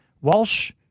Walsh